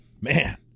man